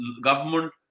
government